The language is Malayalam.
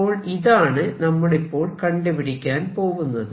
അപ്പോൾ ഇതാണ് നമ്മളിപ്പോൾ കണ്ടുപിടിക്കാൻ പോവുന്നത്